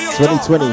2020